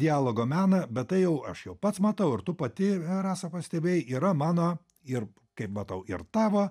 dialogo meną bet tai jau aš jau pats matau ir tu pati rasa pastebėjai yra mano ir kaip matau ir tavo